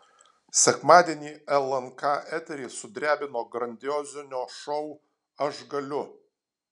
sekmadienį lnk eterį sudrebino grandiozinio šou aš galiu